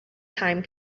time